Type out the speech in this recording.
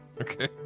Okay